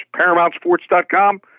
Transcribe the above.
ParamountSports.com